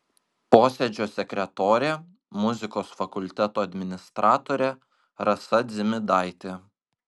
posėdžio sekretorė muzikos fakulteto administratorė rasa dzimidaitė